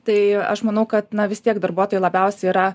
tai aš manau kad na vis tiek darbuotojai labiausiai yra